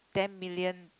ten million